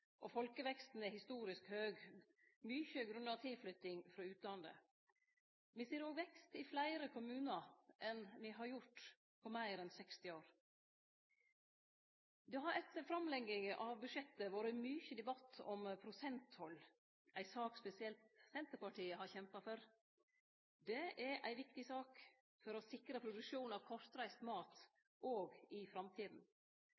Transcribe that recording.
og folkeveksten er historisk høg, mykje grunna tilflytting frå utlandet. Me ser òg vekst i fleire kommunar enn me har gjort på meir enn 60 år. Det har etter framlegginga av budsjettet vore mykje debatt om prosenttoll – ei sak spesielt Senterpartiet har kjempa for. Det er ei viktig sak for å sikre produksjon av kortreist